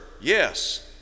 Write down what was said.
yes